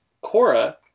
Cora